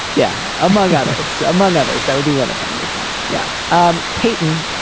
yeah. among others. among others. that would be one of my reasons. yeah um peyton,